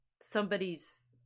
somebody's